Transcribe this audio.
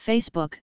Facebook